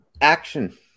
Action